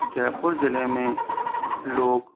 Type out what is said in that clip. जयपुर जिले में लोग